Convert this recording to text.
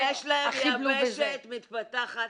-- יש להם יבשת מתפתחת,